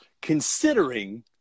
considering